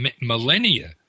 millennia